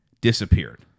disappeared